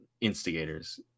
instigators